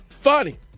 Funny